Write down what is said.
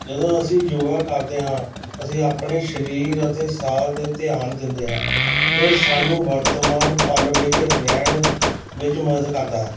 ਜਦੋਂ ਅਸੀਂ ਯੋਗਾ ਕਰਦੇ ਹਾਂ ਅਸੀਂ ਆਪਣੇ ਸਰੀਰ ਅਤੇ ਸਾਹ 'ਤੇ ਧਿਆਨ ਦਿੰਦੇ ਹਾਂ ਜੋ ਸਾਨੂੰ ਵਰਤਮਾਨ ਪਲ ਵਿੱਚ ਰਹਿਣ ਵਿੱਚ ਮਦਦ ਕਰਦਾ ਹੈ